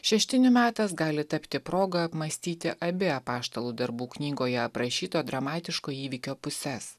šeštinių metas gali tapti proga apmąstyti abi apaštalų darbų knygoje aprašyto dramatiško įvykio puses